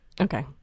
Okay